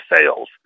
sales